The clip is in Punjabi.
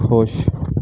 ਖੁਸ਼